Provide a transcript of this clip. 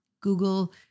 Google